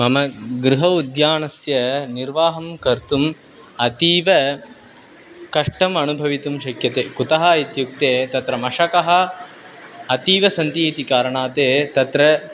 मम गृहे उद्यानस्य निर्वहणं कर्तुम् अतीव कष्टम् अनुभवितुं शक्यते कुतः इत्युक्ते तत्र मशकाः अतीव सन्ति इति कारणात् तत्र